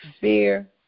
Fear